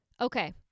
Okay